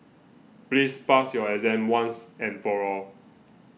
please pass your exam once and for all